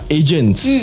agents